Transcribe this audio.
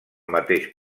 mateix